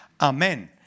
Amen